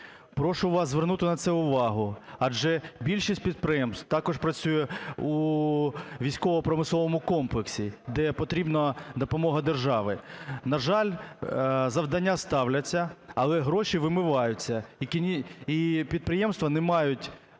Прошу вас звернути на це увагу, адже більшість підприємств також працює у військово-промисловому комплексі, де потрібна допомога держави. На жаль, завдання ставляться, але гроші вимиваються, і підприємства не мають